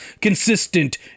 consistent